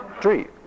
three